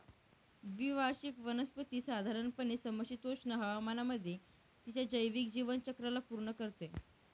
द्विवार्षिक वनस्पती साधारणपणे समशीतोष्ण हवामानामध्ये तिच्या जैविक जीवनचक्राला पूर्ण करते